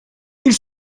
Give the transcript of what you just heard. ils